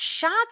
Shots